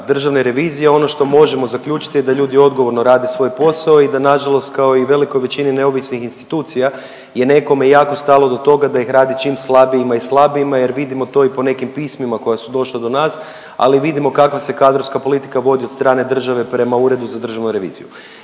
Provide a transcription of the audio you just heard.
državne revizije, ono što možemo zaključiti je da ljudi odgovorno rade svoj posao i da nažalost kao i velikoj većini neovisnih institucija je nekome jako stalo do toga da ih rade čim slabijima i slabijima jer vidimo to i po nekim pismima koja su došla do nas, ali vidimo kakva se kadrovska politika vodi od strane države prema Uredu za državnu reviziju.